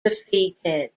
defeated